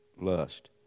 lust